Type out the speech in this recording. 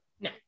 No